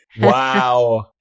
Wow